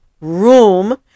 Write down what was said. room